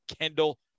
Kendall